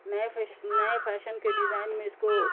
نئے فیش نئے فیشن کے ڈیزائن میں اس کو